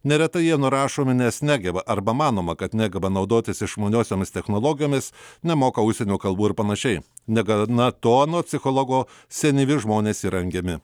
neretai jie nurašomi nes negeba arba manoma kad negeba naudotis išmaniosiomis technologijomis nemoka užsienio kalbų ir panašiai negana to anot psichologo senyvi žmonės yra engiami